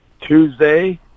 Tuesday